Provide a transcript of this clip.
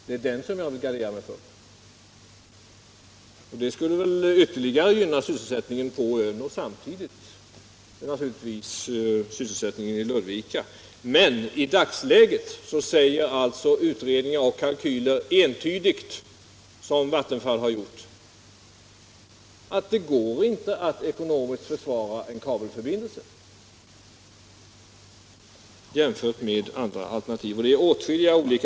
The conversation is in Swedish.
Det är den möjligheten jag garderar mig för. Det skulle väl ytterligare gynna sysselsättningen på ön, och samtidigt = Nr 136 naturligtvis sysselsättningen i Ludvika. Måndagen den Men i dagsläget säger alltså utredningar och kalkyler entydigt, som 23 maj 1977 Vattenfall har gjort, att det går inte att ekonomiskt försvara en kabel: I förbindelse jämfört med andra alternativ. Det finns åtskilliga alternativ.